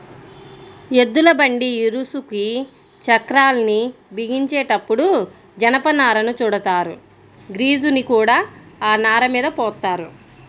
ఎద్దుల బండి ఇరుసుకి చక్రాల్ని బిగించేటప్పుడు జనపనారను చుడతారు, గ్రీజుని కూడా ఆ నారమీద పోత్తారు